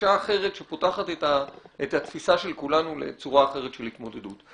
גישה אחרת שפותחת את התפיסה של כולנו לצורה אחרת של התמודדות.